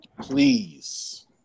please